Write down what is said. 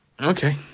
Okay